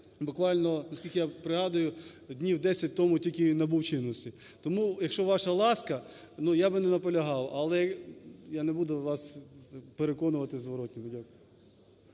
буквально, наскільки я пригадую, днів 10 тому тільки він набув чинності. Тому якщо ваша ласка, я би не наполягав, але я не буду переконувати у зворотному. Дякую.